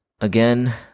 again